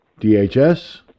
DHS